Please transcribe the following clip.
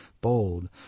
bold